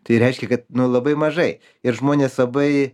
tai reiškia kad nu labai mažai ir žmonės labai